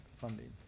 funding